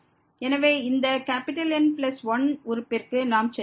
எனவே இந்த N1 உறுப்பிற்கு நாம் சென்றுள்ளோம்